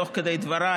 תוך כדי דבריי,